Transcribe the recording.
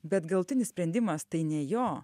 bet galutinis sprendimas tai ne jo